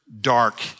dark